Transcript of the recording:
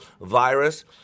virus